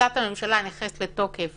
החלטת הממשלה נכנסת לתוקף